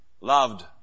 loved